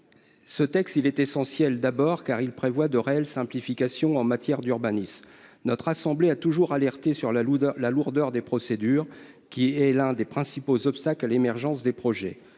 Ce texte est essentiel parce qu'il prévoit de réelles simplifications en matière d'urbanisme. Notre assemblée a toujours alerté sur la lourdeur des procédures, qui est l'un des principaux obstacles à l'émergence des projets.